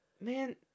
Man